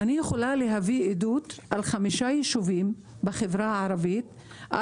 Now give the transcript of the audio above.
אני יכולה להביא עדות על 5 ישובים בחברה הערבית בהם נסגרו